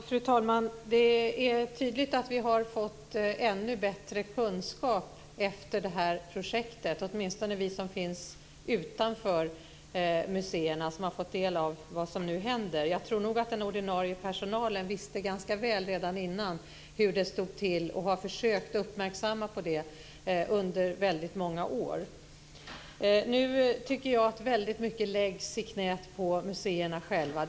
Fru talman! Det är tydligt att vi har fått ännu bättre kunskap efter det här projektet, åtminstone vi som finns utanför museerna och som har fått del av vad som nu händer. Jag tror nog att den ordinarie personalen visste ganska väl hur det stod till redan tidigare och har försökt rikta uppmärksamheten på det under väldigt många år. Nu tycker jag att väldigt mycket läggs i knäet på museerna själva.